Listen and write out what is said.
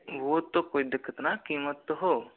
वह तो कोई दिक्कत नहीं है कीमत तो हो